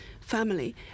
family